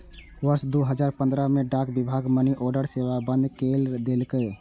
वर्ष दू हजार पंद्रह मे डाक विभाग मनीऑर्डर सेवा कें बंद कैर देलकै